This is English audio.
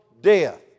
death